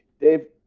Dave